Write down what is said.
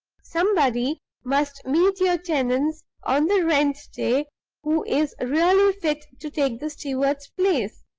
somebody must meet your tenants on the rent-day who is really fit to take the steward's place.